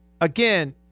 Again